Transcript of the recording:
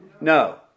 No